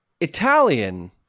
Italian